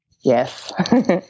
Yes